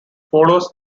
follows